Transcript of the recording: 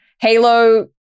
Halo